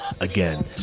Again